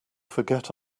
forget